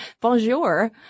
Bonjour